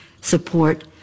support